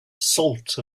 salt